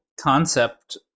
concept